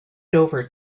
dover